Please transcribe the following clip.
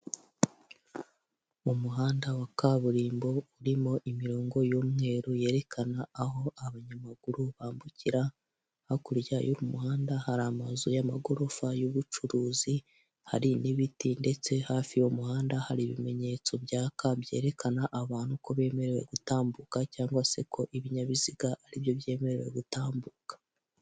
Umuhanda wa kaburimbo urimo imirongo y'umweru yerekana aho abanyamaguru bambukira, hakurya y'umuhanda hari amazu y'amagarofa y'ubucuruzi, hari n'ibiti ndetse hafi yuwo muhanda hari ibimetso byaka byerekana abantu ko bemerewe gutambuka cyangwa se ko ibinyabiziga aribyo byemerewe gutambuka.